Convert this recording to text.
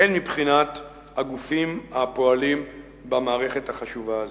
הן מבחינת הגופים הפועלים במערכת החשובה הזאת.